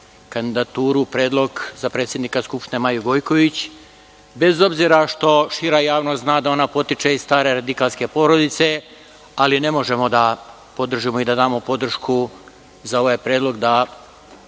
kandidaturu, predlog za predsednika Skupštine Maju Gojković, bez obzira što šira javnost zna da ona potiče iz stare radikalske porodice, ali ne možemo da podržimo i da damo podršku za ovaj predlog da